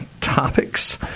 topics